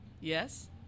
Yes